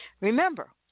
Remember